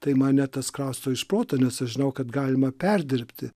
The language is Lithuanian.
tai mane tas krausto iš proto nes aš žinau kad galima perdirbti